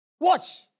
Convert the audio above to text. Watch